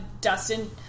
Dustin